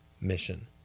mission